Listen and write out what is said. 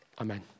Amen